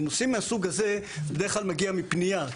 בנושאים מהסוג הזה בדרך כלל מגיע מפנייה.